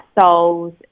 souls